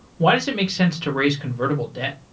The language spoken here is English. why does it make sense to raise convertible debt?